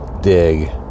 dig